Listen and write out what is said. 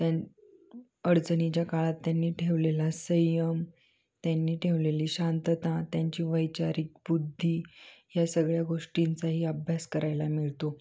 त्यां अडचणीच्या काळात त्यांनी ठेवलेला संयम त्यांनी ठेवलेली शांतता त्यांची वैचारिक बुद्धी ह्या सगळ्या गोष्टींचाही अभ्यास करायला मिळतो